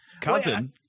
cousin